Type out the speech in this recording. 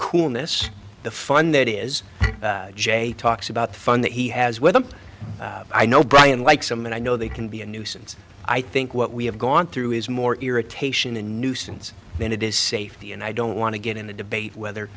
coolness the fun that is jay talks about the fun that he has with them i know brian like some and i know they can be a nuisance i think what we have gone through is more irritation a nuisance than it is safety and i don't want to get in a debate whether